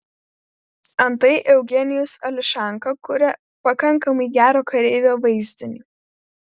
antai eugenijus ališanka kuria pakankamai gero kareivio vaizdinį